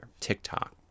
tiktok